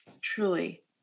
Truly